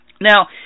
Now